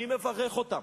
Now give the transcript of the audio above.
אני מברך אותה.